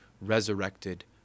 resurrected